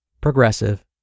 progressive